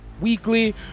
weekly